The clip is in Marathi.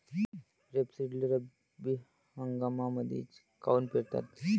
रेपसीडले रब्बी हंगामामंदीच काऊन पेरतात?